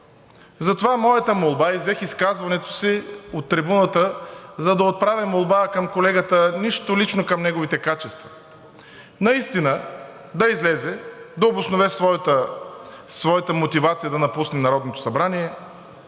Затова моята молба и взех изказването си от трибуната, за да отправя молба към колегата, нищо лично към неговите качества. Наистина да излезе да обоснове своята мотивация да напусне Народното събрание.